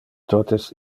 totes